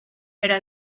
era